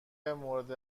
مورد